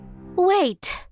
Wait